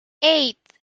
eight